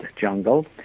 jungle